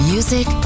Music